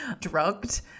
drugged